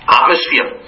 atmosphere